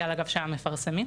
לשמוע אתכם.